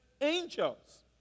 angels